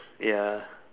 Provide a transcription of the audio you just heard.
ya